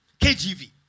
KGV